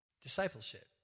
Discipleship